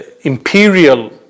imperial